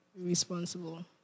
Responsible